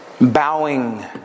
bowing